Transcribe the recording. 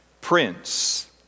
Prince